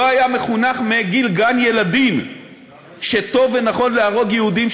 לא היה מחונך מגיל גן-ילדים שטוב ונכון להרוג יהודים,